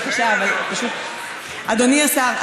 אדוני השר,